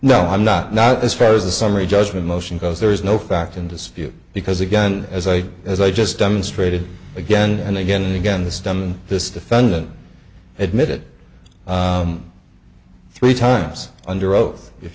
no i'm not not as far as a summary judgment motion goes there is no fact in dispute because again as i as i just demonstrated again and again and again this done this defendant admitted three times under oath if